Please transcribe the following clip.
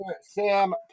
Sam